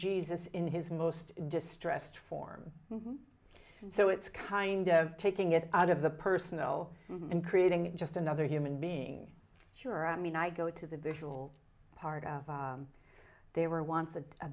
jesus in his most distressed form so it's kind of taking it out of the personal and creating just another human being sure i mean i go to the visual part of they were want